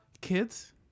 kids